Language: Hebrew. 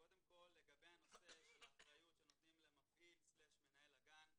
קודם כל לגבי הנושא של אחריות שנותנים למפעיל-מנהל הגן.